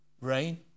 rain